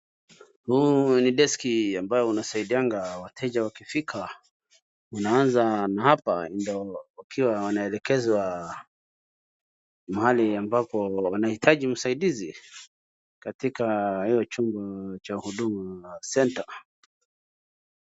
Huu ni deski ambayo unasaidianga wateja wakifika, unaanza na hapa ndio wakiwa wanaelekezwa mahali ambapo wahitaji usaidizi katika chumba hicho cha huduma centre .